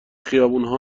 خیابونها